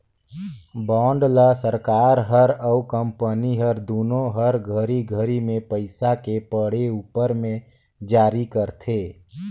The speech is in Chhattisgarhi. बांड ल सरकार हर अउ कंपनी हर दुनो हर घरी घरी मे पइसा के पड़े उपर मे जारी करथे